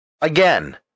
Again